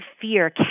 fear